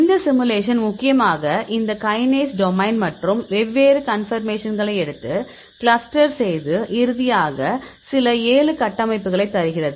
இந்த சிமுலேஷன் முக்கியமாக இந்த கைனேஸ் டொமைன் மற்றும் வெவ்வேறு கன்பர்மேஷன்களை எடுத்து கிளஸ்டர் செய்து இறுதியாக சில 7 கட்டமைப்புகளைப் தருகிறது